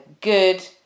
good